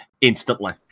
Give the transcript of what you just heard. instantly